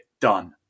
done